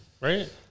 right